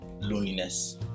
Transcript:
loneliness